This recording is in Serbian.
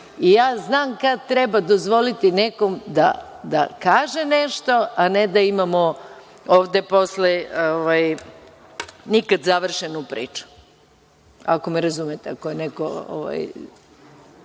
I ja znam kad treba dozvoliti nekom da kaže nešto, a ne da imamo ovde posle nikad završenu priču. Ako me razumete. Malo je